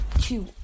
two